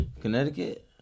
Connecticut